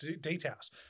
details